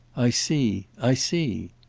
i see i see.